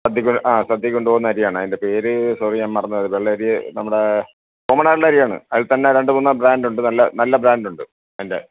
സദ്യക്കൊ ആ സദ്യക്ക് കൊണ്ടുപോവുന്ന അരിയാണ് അതിൻ്റെ പേര് സോറി ഞാൻ മറന്നുപോയി അത് വെള്ളയരി നമ്മുടെ കോമണായിട്ടുള്ള അരിയാണ് അതിൽ തന്നെ രണ്ട് മൂന്ന് ബ്രാൻറ്റൊണ്ട് നല്ല ബ്രാൻറ്റൊണ്ട് അതിൻ്റെ